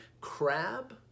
crab